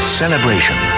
celebration